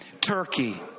Turkey